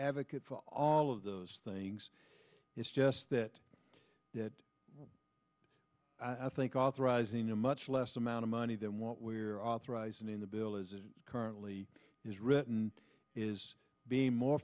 advocate for all of those things it's just that that i think authorizing a much less amount of money than what we're authorized in the bill as it currently is written is being more